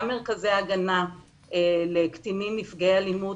גם מרכזי הגנה לקטינים נפגעי אלימות,